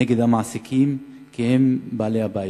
נגד המעסיקים, כי הם בעלי הבית.